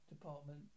department